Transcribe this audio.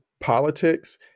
politics